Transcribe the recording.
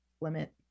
limit